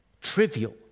Trivial